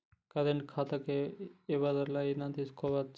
Current ఖాతాను ఎవలైనా తీసుకోవచ్చా?